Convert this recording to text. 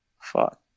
Fuck